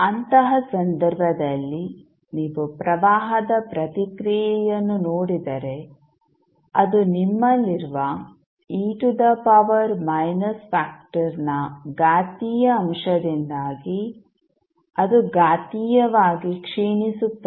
ಅಂತಹ ಸಂದರ್ಭದಲ್ಲಿ ನೀವು ಪ್ರವಾಹದ ಪ್ರತಿಕ್ರಿಯೆಯನ್ನು ನೋಡಿದರೆ ಅದು ನಿಮ್ಮಲ್ಲಿರುವ e to the power minus ಫ್ಯಾಕ್ಟರ್ನ ಘಾತೀಯ ಅಂಶದಿಂದಾಗಿ ಅದು ಘಾತೀಯವಾಗಿ ಕ್ಷೀಣಿಸುತ್ತದೆ